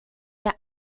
der